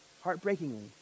heartbreakingly